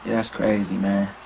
that's crazy, man.